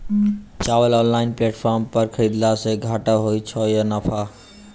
चावल online platform पर खरीदलासे घाटा होइ छै या नफा?